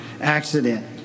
accident